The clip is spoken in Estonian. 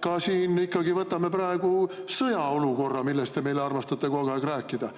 Aga ikkagi, võtame sõjaolukorra, millest te meile armastate kogu aeg rääkida.